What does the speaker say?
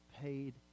paid